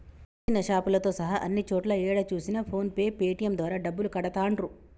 చిన్న చిన్న షాపులతో సహా అన్ని చోట్లా ఏడ చూసినా ఫోన్ పే పేటీఎం ద్వారా డబ్బులు కడతాండ్రు